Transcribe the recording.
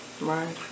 Right